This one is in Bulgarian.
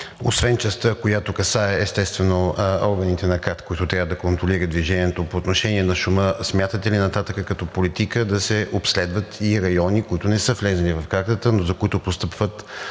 освен частта, която касае, естествено, органите на КАТ, които трябва да контролират движението, по отношение на шума смятате ли нататък като политика да се обследват и райони, които не са влезли в картата, но за които постъпват